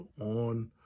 on